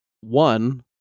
one